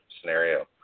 scenario